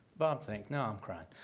bob, thanks, now i'm crying.